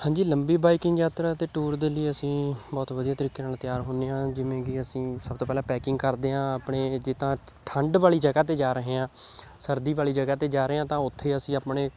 ਹਾਂਜੀ ਲੰਬੀ ਬਾਈਕਿੰਗ ਯਾਤਰਾ ਅਤੇ ਟੂਰ ਦੇ ਲਈ ਅਸੀਂ ਬਹੁਤ ਵਧੀਆ ਤਰੀਕੇ ਨਾਲ ਤਿਆਰ ਹੁੰਦੇ ਹਾਂ ਜਿਵੇਂ ਕਿ ਅਸੀਂ ਸਭ ਤੋਂ ਪਹਿਲਾਂ ਪੈਕਿੰਗ ਕਰਦੇ ਹਾਂ ਆਪਣੇ ਜਿੱਦਾਂ ਠੰਡ ਵਾਲੀ ਜਗ੍ਹਾ 'ਤੇ ਜਾ ਰਹੇ ਹਾਂ ਸਰਦੀ ਵਾਲੀ ਜਗ੍ਹਾ 'ਤੇ ਜਾ ਰਹੇ ਹਾਂ ਤਾਂ ਉੱਥੇ ਅਸੀਂ ਆਪਣੇ